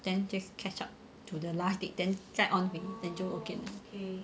then just catch up to the last date then 就 on 回就 okay 了